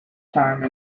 time